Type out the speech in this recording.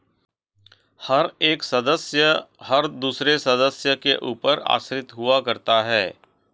हर एक सदस्य हर दूसरे सदस्य के ऊपर आश्रित हुआ करता है